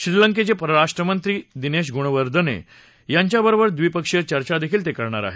श्रीलंकेचे परराष्ट्रमंत्री दिनेश गुणवरदने यांच्या बरोबर द्विपक्षीय चर्चा करणार आहे